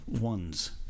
ones